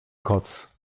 koc